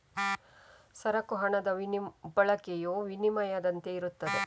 ಸರಕು ಹಣದ ಬಳಕೆಯು ವಿನಿಮಯದಂತೆಯೇ ಇರುತ್ತದೆ